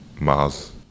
Miles